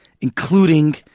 including